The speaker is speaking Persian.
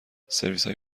سرویسهای